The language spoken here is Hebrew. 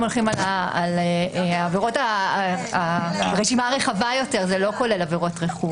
הולכים על רשימה רחבה יותר זה לא כולל עבירות רכוש.